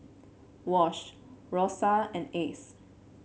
Wash Rosa and Ace